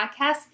podcast